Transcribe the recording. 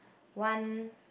one